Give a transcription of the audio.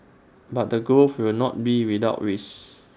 but the growth will not be without risk